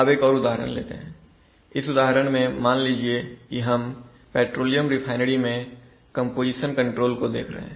अब एक और उदाहरण देखते हैं इस उदाहरण में मान लीजिए कि हम पेट्रोलियम रिफाइनरी मैं कंपोजीशन कंट्रोल को देख रहे हैं